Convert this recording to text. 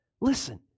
Listen